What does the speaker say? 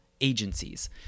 agencies